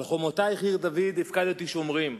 על חומותייך עיר דוד הפקדתי שומרים,